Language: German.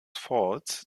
falls